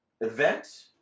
event